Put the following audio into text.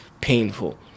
painful